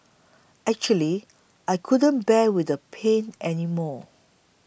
actually I couldn't bear with the pain anymore